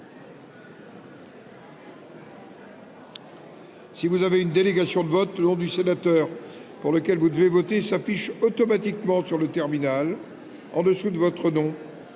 Si vous disposez d’une délégation de vote, le nom du sénateur pour lequel vous devez voter s’affiche automatiquement sur le terminal en dessous de votre nom.